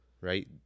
right